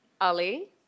Ali